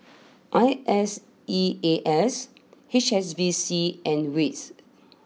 I S E A S H S B C and wits